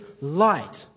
light